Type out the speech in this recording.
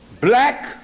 black